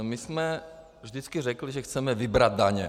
My jsme vždycky říkali, že chceme vybrat daně.